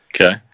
Okay